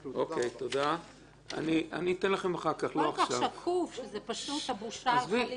כל כך שקוף שהבושה הלכה לאיבוד.